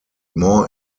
more